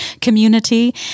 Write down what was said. community